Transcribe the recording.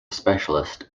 specialist